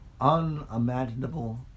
unimaginable